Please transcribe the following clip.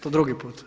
To drugi put?